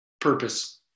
purpose